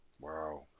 wow